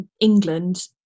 England